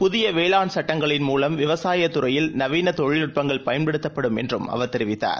புதியவேளாண்சட்டங்களின் மூலம்விவசாயத்துறையில்நவீனதொழில்நுட்பங்கள்பயன்படுத்தப்படும்என்றும்அவர்தெரிவி த்தார்